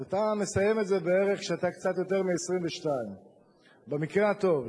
אתה מסיים את זה כשאתה בן קצת יותר מגיל 22 במקרה הטוב,